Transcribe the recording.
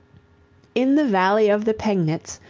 in the valley of the pegnitz,